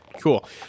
cool